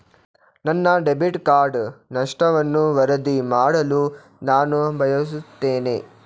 ನನ್ನ debit card ನಷ್ಟವನ್ನು ವರದಿ ಮಾಡಲು ನಾನು ಬಯಸುತ್ತೇನೆ